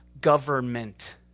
government